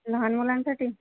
लहान मुलांसाठी